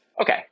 Okay